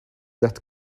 that